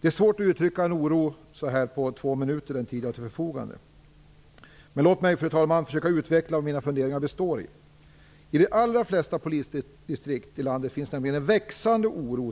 Det är svårt att uttrycka sin oro så här på två minuter, vilket är den tid jag har till förfogande. Men låt mig, fru talman, försöka utveckla vad mina funderingar består i. I de allra flesta polisdistrikt i landet finns nämligen en växande oro.